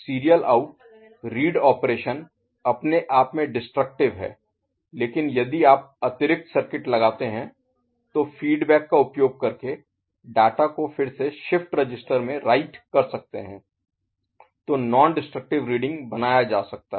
serial out read operation अपने आप में डिसट्रक्टिव Destrictive विनाशकारी है लेकिन यदि आप अतिरिक्त सर्किट लगाते हैं तो फीडबैक का उपयोग करके डाटा को फिर से शिफ्ट रजिस्टर में राइट कर सकते हैं तो नॉन डिस्ट्रक्टिव Non Destructive गैर विनाशकारी रीडिंग बनाया जा सकता है